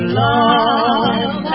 love